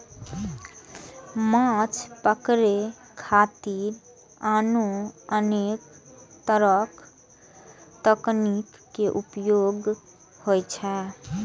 माछ पकड़े खातिर आनो अनेक तरक तकनीक के उपयोग होइ छै